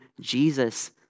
Jesus